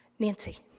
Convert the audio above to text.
nancy.